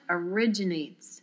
originates